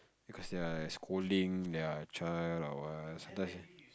because they're scolding their child or what sometimes